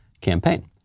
campaign